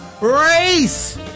race